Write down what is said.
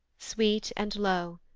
sweet and low,